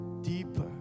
Deeper